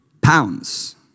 pounds